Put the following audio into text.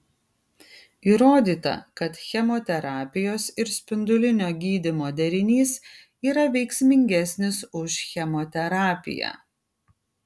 įrodyta kad chemoterapijos ir spindulinio gydymo derinys yra veiksmingesnis už chemoterapiją